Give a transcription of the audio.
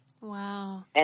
Wow